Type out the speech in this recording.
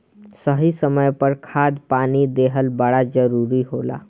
सही समय पर खाद पानी देहल बड़ा जरूरी होला